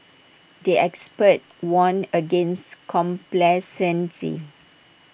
the experts warned against complacency